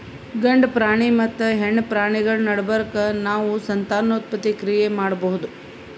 ಗಂಡ ಪ್ರಾಣಿ ಮತ್ತ್ ಹೆಣ್ಣ್ ಪ್ರಾಣಿಗಳ್ ನಡಬರ್ಕ್ ನಾವ್ ಸಂತಾನೋತ್ಪತ್ತಿ ಕ್ರಿಯೆ ಮಾಡಬಹುದ್